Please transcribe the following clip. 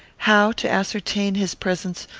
how to ascertain his presence,